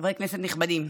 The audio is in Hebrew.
חברי כנסת נכבדים,